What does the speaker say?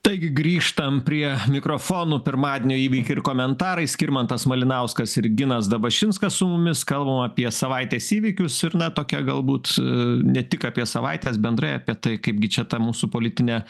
taigi grįžtam prie mikrofonų pirmadienio įvykiai ir komentarai skirmantas malinauskas ir ginas dabašinskas su mumis kalbam apie savaitės įvykius ir na tokia galbūt ne tik apie savaitės bendrai apie tai kaip gi čia ta mūsų politinė